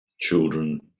children